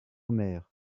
omer